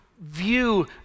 view